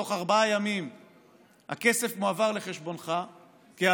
בתוך ארבעה ימים הכסף מועבר לחשבונך כהלוואה,